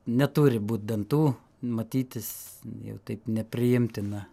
neturi būt dantų matytis jau taip nepriimtina